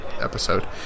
episode